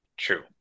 true